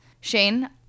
Shane